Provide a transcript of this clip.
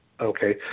Okay